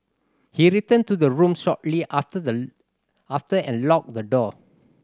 he returned to the room shortly after the after and locked the door